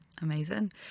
Amazing